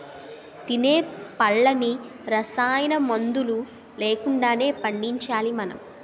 తినే పళ్ళన్నీ రసాయనమందులు లేకుండానే పండించాలి మనం